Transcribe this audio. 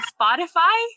Spotify